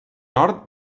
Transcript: nord